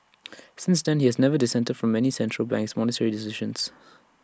since then he has never dissented from any of central bank's monetary decisions